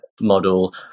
model